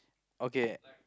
okay